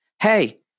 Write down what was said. Hey